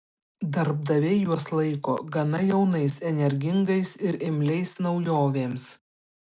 darbdaviai juos laiko gana jaunais energingais ir imliais naujovėms